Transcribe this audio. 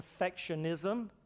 perfectionism